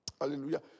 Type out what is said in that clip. Hallelujah